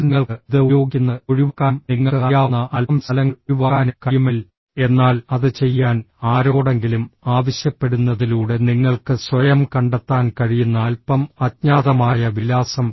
എന്നാൽ നിങ്ങൾക്ക് ഇത് ഉപയോഗിക്കുന്നത് ഒഴിവാക്കാനും നിങ്ങൾക്ക് അറിയാവുന്ന അല്പം സ്ഥലങ്ങൾ ഒഴിവാക്കാനും കഴിയുമെങ്കിൽ എന്നാൽ അത് ചെയ്യാൻ ആരോടെങ്കിലും ആവശ്യപ്പെടുന്നതിലൂടെ നിങ്ങൾക്ക് സ്വയം കണ്ടെത്താൻ കഴിയുന്ന അല്പം അജ്ഞാതമായ വിലാസം